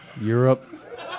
Europe